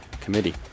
committee